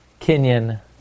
Kenyan